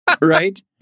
Right